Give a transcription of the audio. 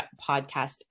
podcast